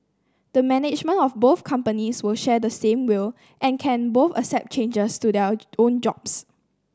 the management of both companies will share the same will and can both accept changes to their own jobs